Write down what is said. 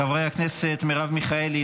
לחברי הכנסת מרב מיכאלי,